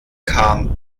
kam